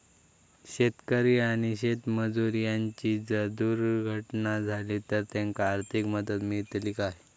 शेतकरी आणि शेतमजूर यांची जर दुर्घटना झाली तर त्यांका आर्थिक मदत मिळतली काय?